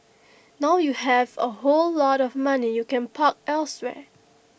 now you have A whole lot of money you can park elsewhere